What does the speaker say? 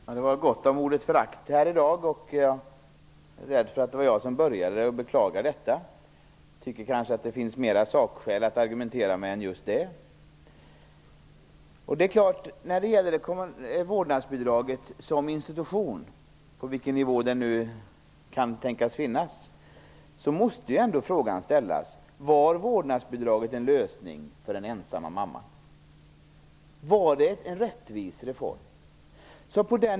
Fru talman! Det var gott om ordet förakt här i dag. Jag är rädd för att det var jag som började med det, och jag beklagar det. Det finns viktigare sakskäl att argumentera än just det. När det gäller vårdnadsbidraget som institution, på vilken nivå det nu kan tänkas finnas, måste det ändå frågan ställas: Var vårdnadsbidraget en lösning för den ensamma mamman? Var det en rättvis reform?